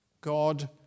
God